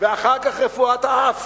ואחר כך רפואת אף.